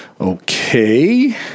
Okay